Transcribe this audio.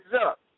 up